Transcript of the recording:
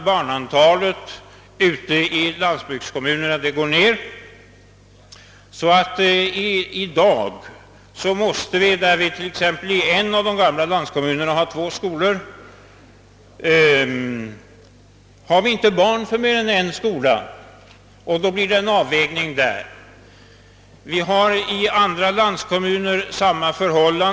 Barnantalet ute i landsbygdskommunerna sjunker, och detta har medfört att i en av våra gamla landsbygdskommuner finns det två skolor men inte tillräckligt med barn för mer än en skola. Samma förhållande råder säkert i många andra landskommuner.